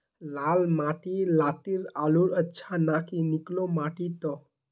लाल माटी लात्तिर आलूर अच्छा ना की निकलो माटी त?